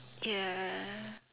ya